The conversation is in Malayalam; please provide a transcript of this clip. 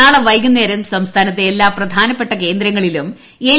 നാളെ വൈകുന്നേരം സംസ്ഥാനത്തെ എല്ലാ പ്രധാനപ്പെട്ട കേന്ദ്രങ്ങളിലും എൽ